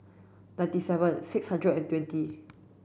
ninety seven six hundred and twenty